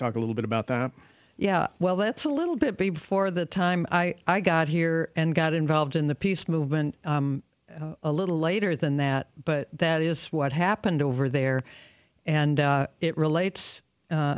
talk a little bit about that yeah well that's a little bit before the time i got here and got involved in the peace movement a little later than that but that is what happened over there and it relates